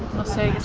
we'll say